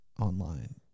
online